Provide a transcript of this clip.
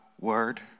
word